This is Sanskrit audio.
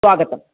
स्वागतम्